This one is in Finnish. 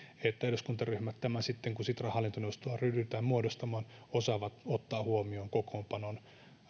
että eduskuntaryhmät tämän sitten kun sitran hallintoneuvostoa ryhdytään muodostamaan osaavat ottaa huomioon kokoonpanon